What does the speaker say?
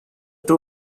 two